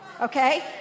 Okay